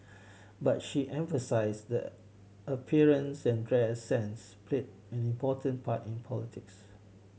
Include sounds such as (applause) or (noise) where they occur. (noise) but she emphasised appearances and dress sense played an important part in politics